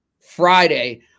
Friday